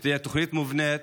שתהיה תוכנית מובנית,